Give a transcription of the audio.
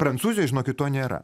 prancūzijoj žinokit to nėra